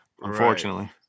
Unfortunately